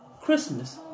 Christmas